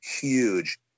Huge